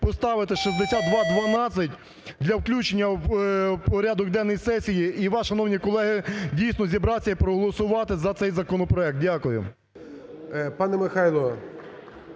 поставити 6212 для включення в порядок денний сесії. І вас, шановні колеги, дійсно зібратися і проголосувати за цей законопроект. Дякую.